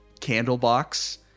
Candlebox